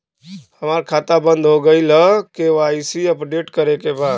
हमार खाता बंद हो गईल ह के.वाइ.सी अपडेट करे के बा?